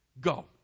go